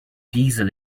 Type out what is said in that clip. diesel